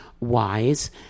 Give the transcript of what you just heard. Wise